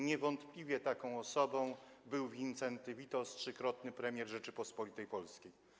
Niewątpliwie taką osobą był Wincenty Witos, trzykrotny premier Rzeczypospolitej Polskiej.